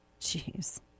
Jeez